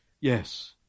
Yes